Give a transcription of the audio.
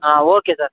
ಹಾಂ okay sir